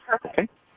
perfect